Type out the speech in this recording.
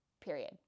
Period